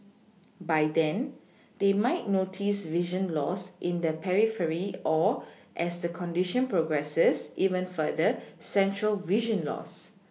by then they might notice vision loss in the periphery or as the condition progresses even further central vision loss